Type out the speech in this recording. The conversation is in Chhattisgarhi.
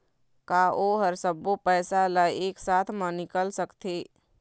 का ओ हर सब्बो पैसा ला एक साथ म निकल सकथे?